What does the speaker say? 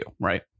right